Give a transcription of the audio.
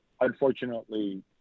Unfortunately